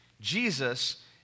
jesus